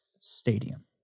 stadium